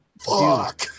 Fuck